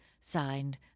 Signed